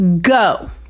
Go